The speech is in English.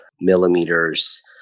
millimeters